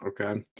Okay